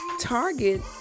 target